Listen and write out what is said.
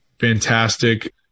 fantastic